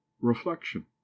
reflection